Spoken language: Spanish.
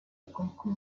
coco